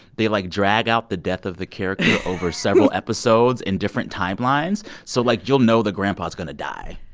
they, like, drag out the death of the character. over several episodes in different timelines. so, like, you'll know the grandpa's going to die.